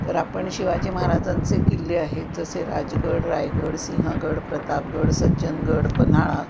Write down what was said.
तर आपण शिवाजी महाराजांचे किल्ले आहेत जसे राजगड रायगड सिंहगड प्रतापगड सज्जनगड पन्हाळा